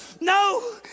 no